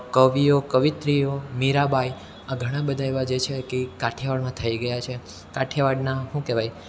કવિઓ કવિયત્રીઓ મીરાબાઈ આ ઘણા બધા એવા જે છે કે કાઠિયાવાડમાં થઈ ગયા છે કાઠિયાવાડના શું કહેવાય